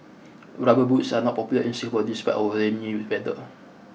rubber boots are not popular in Singapore despite our rainy weather